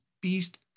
beast